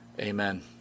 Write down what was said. Amen